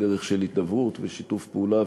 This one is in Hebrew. היא דרך של הידברות ושיתוף פעולה,